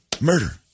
Murder